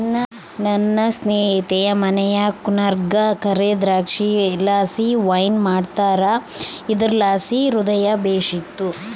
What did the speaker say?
ನನ್ನ ಸ್ನೇಹಿತೆಯ ಮನೆ ಕೂರ್ಗ್ನಾಗ ಕರೇ ದ್ರಾಕ್ಷಿಲಾಸಿ ವೈನ್ ಮಾಡ್ತಾರ ಇದುರ್ಲಾಸಿ ಹೃದಯ ಬೇಶಿತ್ತು